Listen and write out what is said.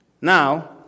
now